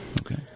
okay